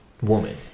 woman